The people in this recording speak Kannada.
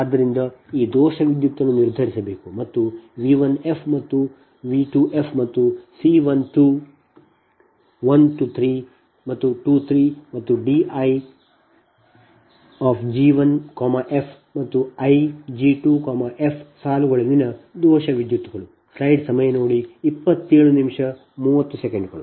ಆದ್ದರಿಂದ ನೀವು ದೋಷ ವಿದ್ಯುತ್ಅನ್ನು ನಿರ್ಧರಿಸಬೇಕು ನಂತರ V 1f ಮತ್ತು V 2f ಮತ್ತು c 1 2 1 3 ಮತ್ತು 2 3 ಮತ್ತು d I g1 f ಮತ್ತು I g2 f ಸಾಲುಗಳಲ್ಲಿನ ದೋಷ ವಿದ್ಯುತ್ಗಳು